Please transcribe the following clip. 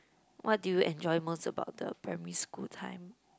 what do you enjoy most about the primary school time